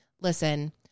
listen